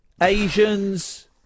Asians